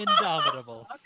Indomitable